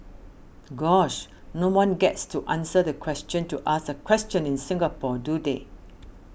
gosh no one gets to answer the question to ask a question in Singapore do they